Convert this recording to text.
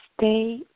stay